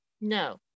No